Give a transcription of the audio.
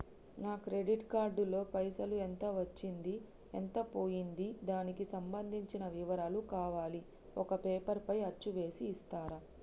నా credit card లో పైసలు ఎంత వచ్చింది ఎంత పోయింది దానికి సంబంధించిన వివరాలు కావాలి ఒక పేపర్ పైన అచ్చు చేసి ఇస్తరా?